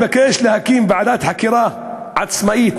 אבקש להקים ועדת חקירה עצמאית,